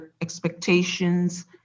expectations